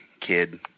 kid